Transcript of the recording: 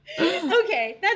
okay